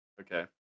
Okay